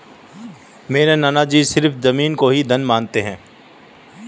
मेरे नाना जी सिर्फ जमीन को ही धन मानते हैं